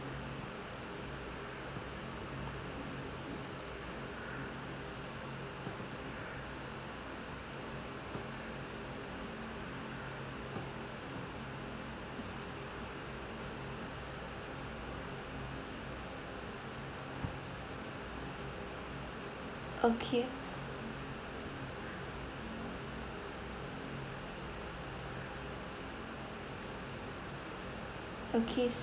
okay okay